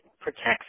protects